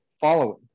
following